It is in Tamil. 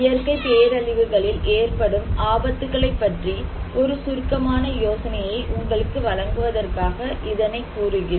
இயற்கை பேரழிவுகளில் ஏற்படும் ஆபத்துகளைப் பற்றி ஒரு சுருக்கமான யோசனையை உங்களுக்கு வழங்குவதற்காக இதனைக் கூறுகிறேன்